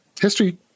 history